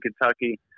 Kentucky